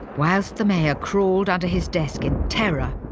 whilst the mayor crawled under his desk in terror,